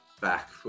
back